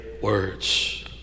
words